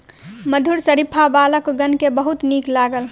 मधुर शरीफा बालकगण के बहुत नीक लागल